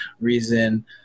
reason